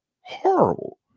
horrible